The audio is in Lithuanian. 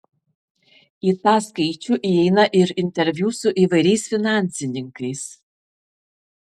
į tą skaičių įeina ir interviu su įvairiais finansininkais